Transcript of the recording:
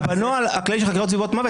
אבל בנוהל הכללי של חקירות סיבות מוות